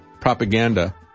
propaganda